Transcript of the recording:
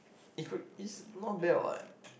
it could is not bad what